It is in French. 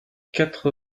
quatre